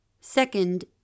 Second